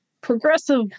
progressive